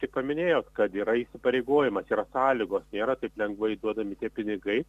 tik paminėjo kad yra įsipareigojimas yra sąlygos nėra taip lengvai duodami tie pinigai